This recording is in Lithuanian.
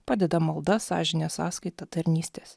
padeda malda sąžinės sąskaita tarnystės